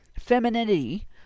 femininity